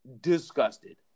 disgusted